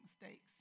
mistakes